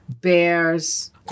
Bears